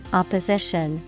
opposition